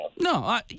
No